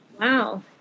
Wow